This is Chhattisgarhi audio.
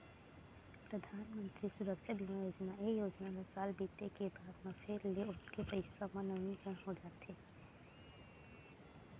परधानमंतरी सुरक्छा बीमा योजना, ए योजना ल साल बीते के बाद म फेर ले ओतके पइसा म नवीनीकरन हो जाथे